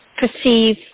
perceive